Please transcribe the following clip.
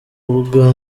ubwa